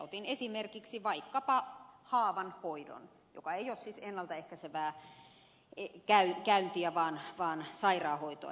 otin esimerkiksi vaikkapa haavan hoidon joka ei ole siis ennalta ehkäisevä käynti vaan sairaanhoitoa